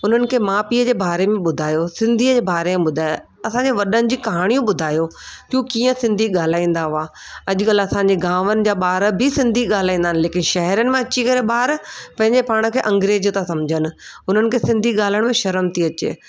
उन्हनि खे मां पीअ जे बारे में ॿुधायोसिं सिंधीअ जे बारे में ॿुधाए असांजे वॾनि जी कहाणियूं ॿुधायो क्यूं कीअं सिंधी ॻाल्हाईंदा उहा अॼुकल्ह असांजे गांवनि जा ॿार बि सिंधी ॻाल्हाईंदा आहिनि लेकिन शहिरनि मां अची करे ॿार पंहिंजे पाण खे अंग्रेज था समुझनि उन्हनि खे सिंधी ॻाल्हाइण में शर्म थी अचे